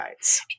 guys